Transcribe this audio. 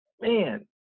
man